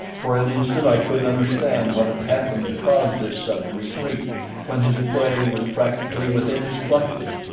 for an instant i couldn't understand what had happened to cause this sudden retreat when his prey was practically within his clutches.